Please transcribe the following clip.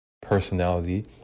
personality